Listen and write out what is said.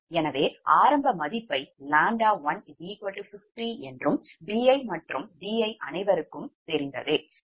எனவே ஆரம்ப மதிப்பைக் 𝜆 50 என்றும் 𝑏𝑖 மற்றும் d𝑖 அனைவருக்கும் அறிந்ததே